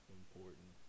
important